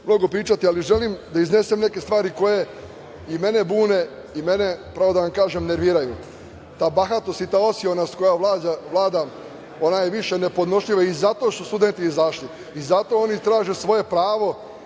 mnogo pričati, ali želim da iznesem neke stvari koje i mene bune i mene, pravo da vam kažem, nerviraju. Ta bahatost i osionost koja vlada, ona je više nepodnošljiva i zato su studenti izašli i zato oni traže svoje pravo